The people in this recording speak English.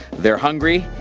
they're hungry,